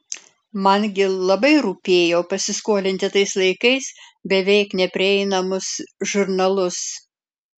man gi labai rūpėjo pasiskolinti tais laikais beveik neprieinamus žurnalus